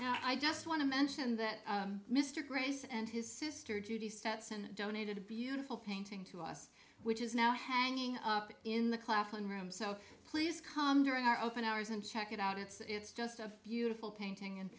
now i just want to mention that mr gray's and his sister judy stetson donated a beautiful painting to us which is now hanging up in the claflin room so please come during our open hours and check it out it's just a beautiful painting and